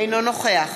אינו נוכח